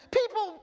people